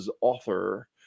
author